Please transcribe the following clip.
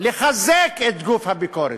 לחזק את גוף הביקורת,